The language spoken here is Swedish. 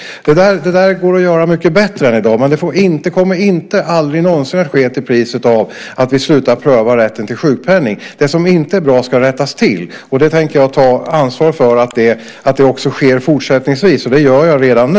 Det går att göra mycket bättre än i dag, men det kommer aldrig någonsin att ske till priset av att vi slutar pröva rätten till sjukpenning. Det som inte är bra ska rättas till. Jag tänker ta ansvar för att det också sker fortsättningsvis, och det gör jag redan nu.